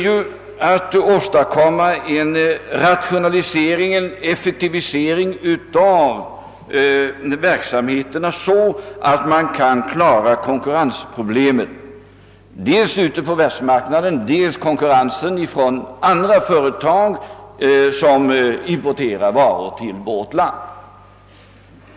Jo, att åstadkomma en sådan rationalisering och effektivisering av verksamheten att man kan möta konkurrensen dels på världsmarknaden, dels från andra företag som importerar varor till vårt land.